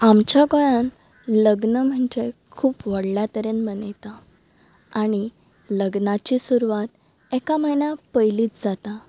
आमच्या गोंयांत लग्न म्हणजे खूब व्हडल्या तरेन मनयता आनी लग्नाची सुरवात एका म्हयन्या पयलीच जाता